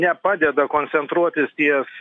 nepadeda koncentruotis ties